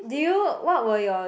do you what were your